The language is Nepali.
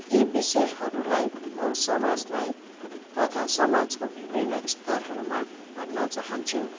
यी विषयहरूलाई म समाजलाई तथा समाजको विभिन्न स्तरहरूमा भन्न चाहन्छु